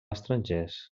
estrangers